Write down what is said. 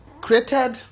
created